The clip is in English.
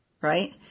right